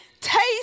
taste